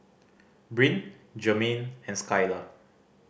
Bryn Germaine and Skylar